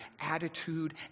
attitude